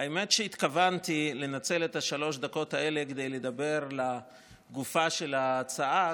האמת שהתכוונתי לנצל את שלוש הדקות האלה כדי לדבר לגופה של ההצעה,